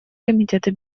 комитеты